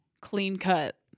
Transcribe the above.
clean-cut